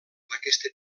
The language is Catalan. d’aquesta